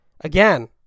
again